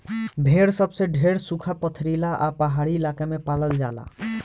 भेड़ सबसे ढेर सुखा, पथरीला आ पहाड़ी इलाका में पालल जाला